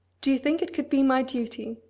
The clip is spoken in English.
do you think it could be my duty,